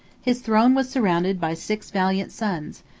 his throne was surrounded by six valiant sons,